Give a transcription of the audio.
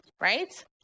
right